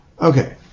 Okay